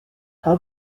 how